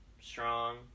strong